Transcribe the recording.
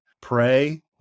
pray